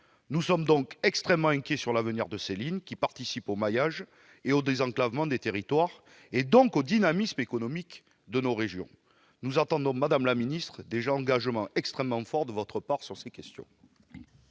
Nous sommes donc extrêmement inquiets sur l'avenir de ces lignes, qui participent au maillage et au désenclavement des territoires, donc au dynamisme économique des régions. Nous attendons, madame la ministre, des engagements extrêmement forts de votre part sur cette question.